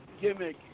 gimmick